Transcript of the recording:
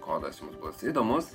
kodas jums bus įdomus